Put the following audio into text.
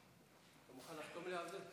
אתה מוכן לחתום לי על זה?